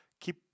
keep